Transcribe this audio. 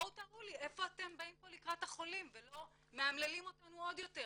בואו תראו לי איפה אתם באים פה לקראת החולים ולא מאמללים אותנו עוד יותר